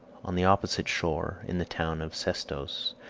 on the opposite shore, in the town of sestos,